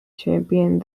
championed